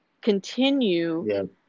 continue